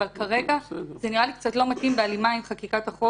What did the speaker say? אבל כרגע זה נראה לי קצת לא בהלימה עם חקיקת החוק